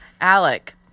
Alec